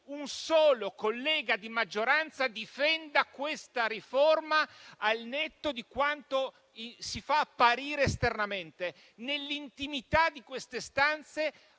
un solo collega di maggioranza difenda questa riforma. Al netto di quanto si fa apparire esternamente, nell'intimità di queste stanze